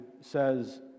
says